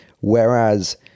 Whereas